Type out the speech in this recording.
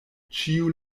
ĉiu